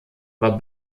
war